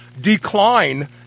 decline